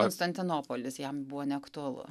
konstantinopolis jam buvo neaktualu